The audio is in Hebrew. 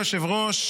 והשלישית.